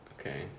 Okay